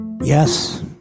Yes